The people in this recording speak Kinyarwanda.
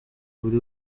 buri